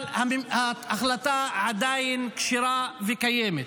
אבל ההחלטה עדיין שרירה וקיימת.